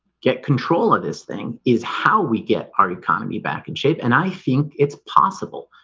get control of this thing is how we get our economy back in shape and i think it's possible.